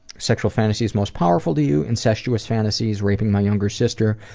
sexual fantasies most powerful to you? incestuous fantasies, raping my younger sister,